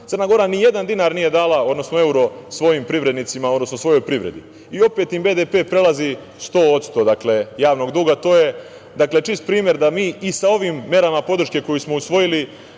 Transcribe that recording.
Crna Gora nijedan dinar nije dala, odnosno evro svojim privrednicima, odnosno svojoj privredi. Opet im BDP prelazi 100% javnog duga, a to je čist primer da mi i sa ovim merama podrške koju smo usvojili